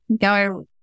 go